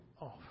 off